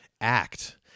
act